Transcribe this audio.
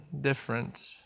different